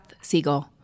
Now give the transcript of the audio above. Siegel